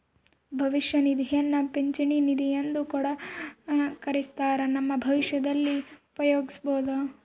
ಭವಿಷ್ಯ ನಿಧಿಯನ್ನ ಪಿಂಚಣಿ ನಿಧಿಯೆಂದು ಕೂಡ ಕರಿತ್ತಾರ, ನಮ್ಮ ಭವಿಷ್ಯದಲ್ಲಿ ಉಪಯೋಗಿಸಬೊದು